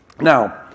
Now